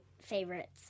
favorites